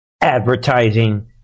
advertising